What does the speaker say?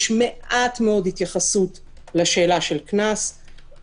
יש מעט מאוד התייחסות לשאלה של קנס.